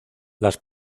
las